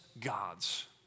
gods